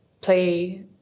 play